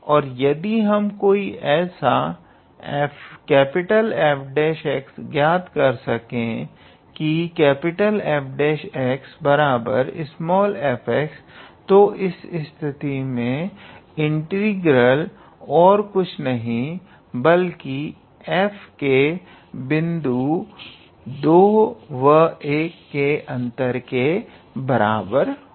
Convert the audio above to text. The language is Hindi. और यदि हम कोई ऐसा 𝐹′𝑥 ज्ञात कर सके की 𝐹′𝑥 𝑓𝑥 तो इस स्थिति में इंटीग्रल और कुछ नहीं बल्कि F के बिंदु 2 व बिंदु 1 के अंतर के बराबर होगा